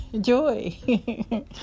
Joy